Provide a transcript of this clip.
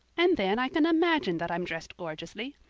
and then i can imagine that i'm dressed gorgeously.